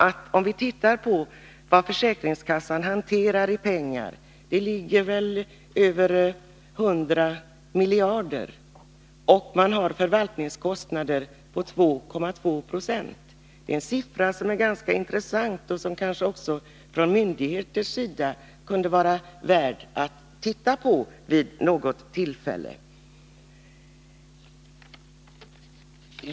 Men om vi tittar på vad försäkringskassan hanterar i pengar — över 100 miljarder kronor — och vad förvaltningskostnaderna uppgår till — 2,2 70 — kan vi konstatera att det är ganska intressanta siffror, som myndigheterna vid något tillfälle borde ta upp till granskning.